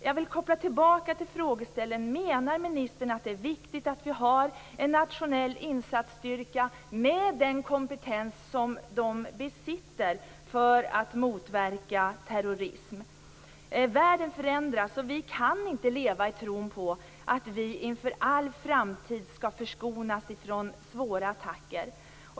Jag går tillbaka till frågeställningen om ministern menar att det är viktigt att vi har en nationell insatsstyrka med den kompetens som den besitter för att motverka terrorism. Världen förändras, och vi kan inte leva i tron på att vi i all framtid skall förskonas från svåra attacker.